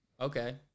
Okay